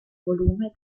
volume